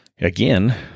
again